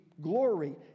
glory